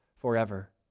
forever